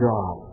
God